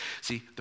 See